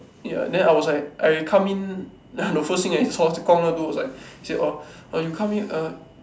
ya then I was like I come in then the first thing I saw Guang-Lu got do was like orh oh you come in err